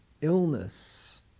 illness